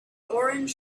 orange